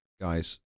guys